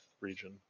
region